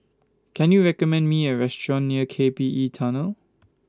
Can YOU recommend Me A Restaurant near K P E Tunnel